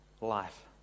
life